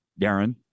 Darren